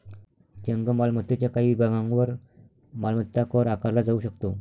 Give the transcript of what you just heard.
जंगम मालमत्तेच्या काही विभागांवर मालमत्ता कर आकारला जाऊ शकतो